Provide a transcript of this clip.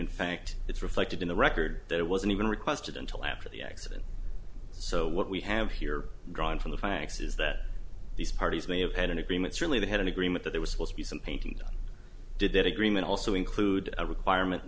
in fact it's reflected in the record that wasn't even requested until after the accident so what we have here drawn from the facts is that these parties may have had an agreement certainly they had an agreement that there was supposed to be some painting done did that agreement also include a requirement